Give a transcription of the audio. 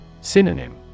Synonym